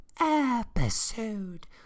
episode